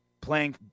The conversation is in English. playing